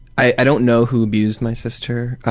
i don't know who abused my sister.